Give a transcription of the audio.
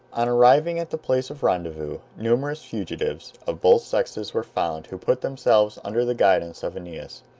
on arriving at the place of rendezvous, numerous fugitives, of both sexes, were found, who put themselves under the guidance of aeneas.